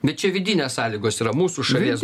bet čia vidinės sąlygos yra mūsų šalies